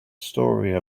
story